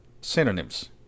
synonyms